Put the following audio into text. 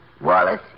Wallace